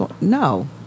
No